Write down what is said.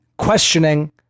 questioning